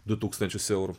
du tūkstančius eurų